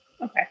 Okay